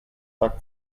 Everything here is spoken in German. zack